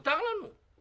מותר לנו,